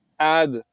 add